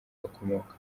bakomokamo